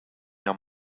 been